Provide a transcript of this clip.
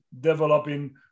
developing